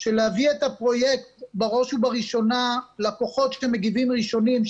של להביא את הפרויקט בראש ובראשונה לכוחות שמגיבים ראשונים,